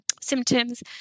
symptoms